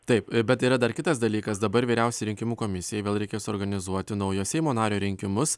taip bet yra dar kitas dalykas dabar vyriausioji rinkimų komisijai vėl reikės organizuoti naujo seimo nario rinkimus